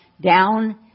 down